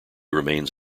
remains